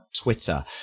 Twitter